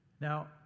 Now